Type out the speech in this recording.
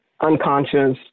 unconscious